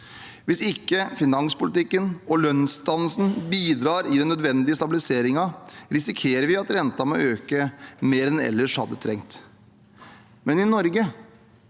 Hvis finanspolitikken og lønnsdannelsen ikke bidrar i den nødvendige stabiliseringen, risikerer vi at renten må øke mer enn den ellers hadde trengt. I Norge